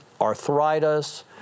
arthritis